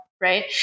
right